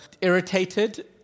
irritated